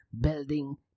building